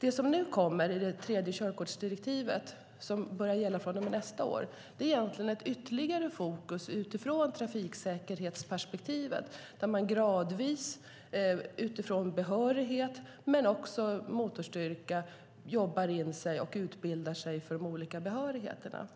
Det som nu kommer i det tredje körkortsdirektivet, som börjar gälla från och med nästa år, är egentligen ytterligare ett fokus utifrån trafiksäkerhetsperspektivet, där man gradvis utifrån behörighet men också motorstyrka jobbar in sig och utbildar sig för de olika behörigheterna.